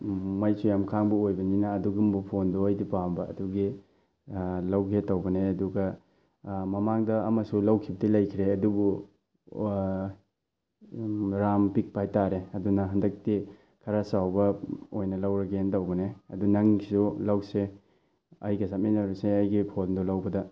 ꯃꯩꯁꯨ ꯌꯥꯝ ꯈꯥꯡꯕ ꯑꯣꯏꯕꯅꯤꯅ ꯑꯗꯨꯒꯨꯕ ꯐꯣꯟꯗꯣ ꯑꯩꯗꯤ ꯄꯥꯝꯕ ꯑꯗꯨꯒꯤ ꯂꯧꯒꯦ ꯇꯧꯕꯅꯦ ꯑꯗꯨꯒ ꯃꯃꯥꯡꯗ ꯑꯃꯁꯨ ꯂꯧꯈꯤꯕꯗꯤ ꯂꯩꯈ꯭ꯔꯦ ꯑꯗꯨꯕꯨ ꯔꯥꯝ ꯄꯤꯛꯄ ꯍꯥꯏꯇꯥꯔꯦ ꯑꯗꯨꯅ ꯍꯟꯗꯛꯇꯤ ꯈꯔ ꯆꯥꯎꯕ ꯏꯅ ꯂꯧꯔꯒꯦꯅ ꯇꯧꯕꯅꯦ ꯑꯗꯣ ꯅꯪꯒꯤꯁꯨ ꯂꯧꯁꯦ ꯑꯩꯒ ꯆꯠꯃꯤꯟꯅꯔꯁꯦ ꯑꯩꯒꯤ ꯐꯣꯟꯗꯣ ꯂꯧꯕꯗ